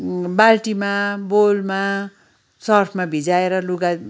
बाल्टीमा बोलमा सर्फमा भिजाएर लुगा